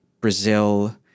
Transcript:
Brazil